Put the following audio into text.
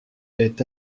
est